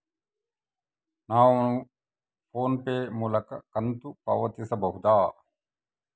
ನಾವು PhonePe ಮೂಲಕ ಕಂತು ಪಾವತಿಸಬಹುದಾ?